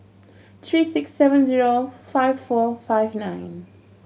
three six seven zero five four five nine